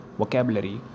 vocabulary